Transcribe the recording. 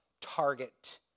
target